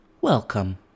Welcome